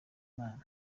imana